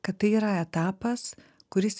kad tai yra etapas kuris